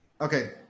Okay